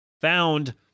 found